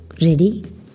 ready